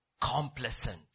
complacent